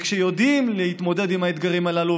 וכשיודעים להתמודד עם האתגרים הללו,